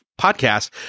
podcast